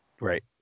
right